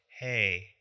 hey